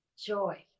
joy